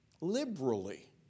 Liberally